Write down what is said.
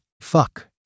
Fuck